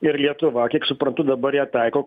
ir lietuva kiek suprantu dabar ją taiko